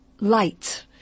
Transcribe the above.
light